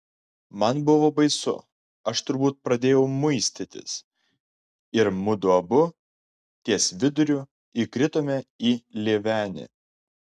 man buvo baisu aš turbūt pradėjau muistytis ir mudu abu ties viduriu įkritome į lėvenį